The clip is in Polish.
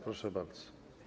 Proszę bardzo.